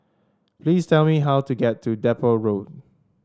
please tell me how to get to Depot Road